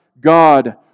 God